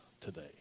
today